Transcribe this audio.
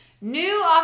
New